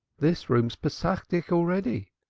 this room's pesachdik already.